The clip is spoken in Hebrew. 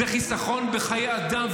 זה חיסכון בחיי אדם,